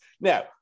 now